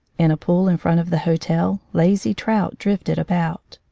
in a pool in front of the hotel lazy trout drifted about.